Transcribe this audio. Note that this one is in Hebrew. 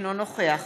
אינו נוכח